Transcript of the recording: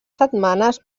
setmanes